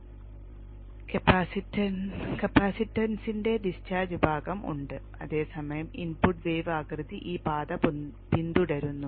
അതിനാൽ കപ്പാസിറ്റൻസിന്റെ ഡിസ്ചാർജ് ഭാഗം ഉണ്ട് അതേസമയം ഇൻപുട്ട് വേവ് ആകൃതി ഈ പാത പിന്തുടരുന്നു